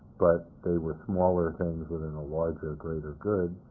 but they were smaller things within a larger greater good,